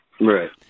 Right